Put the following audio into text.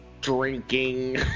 drinking